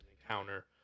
encounter